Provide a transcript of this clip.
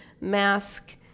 mask